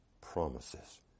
promises